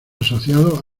asociado